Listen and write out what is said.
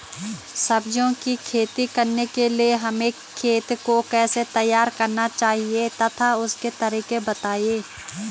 सब्जियों की खेती करने के लिए हमें खेत को कैसे तैयार करना चाहिए तथा उसके तरीके बताएं?